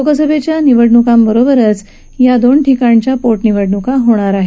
लोकसभा निवडणूकांबरोबरच या दोन ठिकाणची पोटनिवडणूका होणार आहे